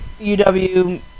UW